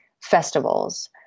festivals